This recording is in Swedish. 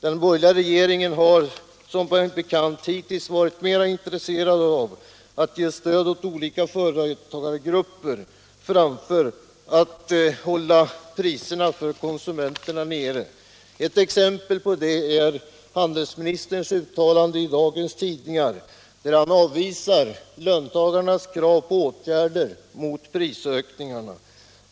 Den borgerliga regeringen har som bekant hittills varit mera intresserad av att ge stöd åt olika företagargrupper än av att hålla priserna för konsumenterna nere. Ett exempel på det är handelsministerns uttalande i dagens tidningar, där han avvisar löntagarnas krav på åtgärder mot prisökningarna.